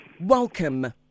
Welcome